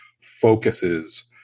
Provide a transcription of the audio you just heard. focuses